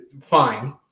fine